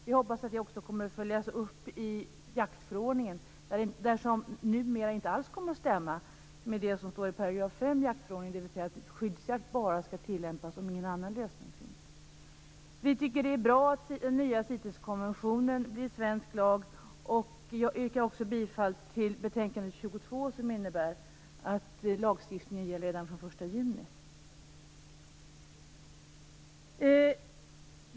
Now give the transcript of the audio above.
Vi hoppas att det också kommer att följas upp i jaktförordningen, eftersom detta numera inte alls kommer att stämma med det som står i § 5 i jaktförordningen, dvs. att skyddsjakt bara skall tillämpas om ingen annan lösning finns. Vi tycker att det är bra att den nya CITES förordningen blir svensk lag. Jag yrkar också bifall till hemställan i betänkande 22 som innebär att lagstiftningen gäller redan från den 1 juni.